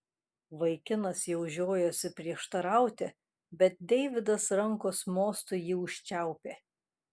vaikinas jau žiojosi prieštarauti bet deividas rankos mostu jį užčiaupė